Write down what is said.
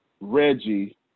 Reggie